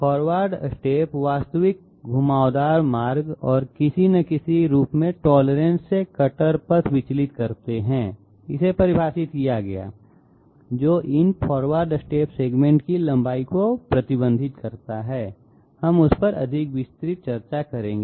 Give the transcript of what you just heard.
forward step वास्तविक घुमावदार मार्ग और किसी न किसी रूप टोलरेंस से कटर पथ विचलित करते है इसे परिभाषित किया गया जो इन फॉरवर्ड स्टेप सेगमेंट की लंबाई को प्रतिबंधित करता है हम उस पर अधिक विस्तृत चर्चा करेंगे